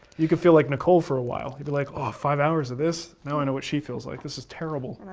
you could feel like nicole for a while. you'll be like ah five hours of this. now i know what she feels like, this is terrible.